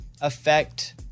affect